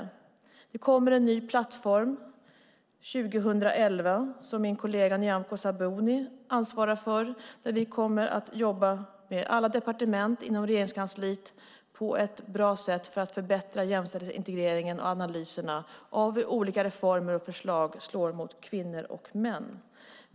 År 2011 kommer en ny plattform, som min kollega statsrådet Nyamko Sabuni svarar för. Vi kommer att jobba med alla departement inom Regeringskansliet på ett bra sätt för att förbättra jämställdheten, integreringen och analyserna av hur olika reformer och förslag slår mot kvinnor och män.